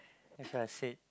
what I said